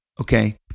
okay